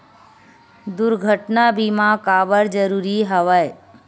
दुर्घटना बीमा काबर जरूरी हवय?